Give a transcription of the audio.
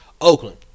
Oakland